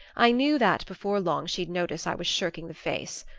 i knew that before long she'd notice i was shirking the face.